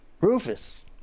Rufus